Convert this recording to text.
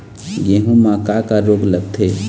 गेहूं म का का रोग लगथे?